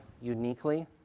uniquely